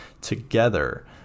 together